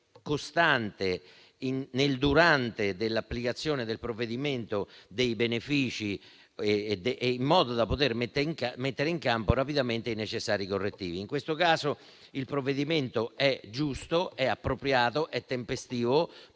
costante durante l'applicazione del provvedimento dei benefici, in modo da poter mettere in campo rapidamente i necessari correttivi. In questo caso il provvedimento è giusto, appropriato, tempestivo,